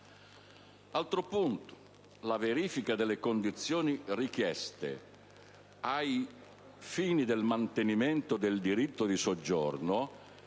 Altro punto. La verifica delle condizioni richieste ai fini del mantenimento del diritto di soggiorno